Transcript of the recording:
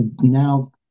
now